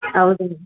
ಹೌದು